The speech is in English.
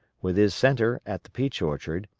with his centre at the peach orchard,